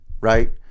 right